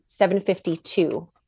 752